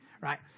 right